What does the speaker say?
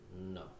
No